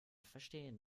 verstehen